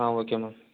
ah okay ma'am